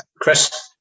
Chris